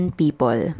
people